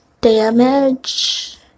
damage